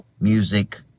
music